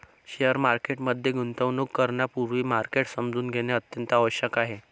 share market मध्ये गुंतवणूक करण्यापूर्वी मार्केट समजून घेणे अत्यंत आवश्यक आहे